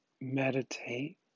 meditate